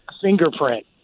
fingerprint